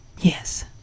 Yes